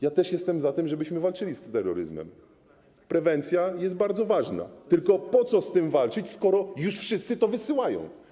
Ja też jestem za tym, żebyśmy walczyli z terroryzmem, prewencja jest bardzo ważna, tylko po co z tym walczyć, skoro już wszyscy to wysyłają?